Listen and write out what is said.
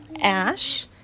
Ash